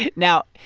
yeah now,